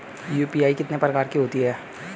UPI कितने प्रकार की होती हैं?